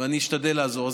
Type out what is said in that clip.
ואני אשתדל לעזור.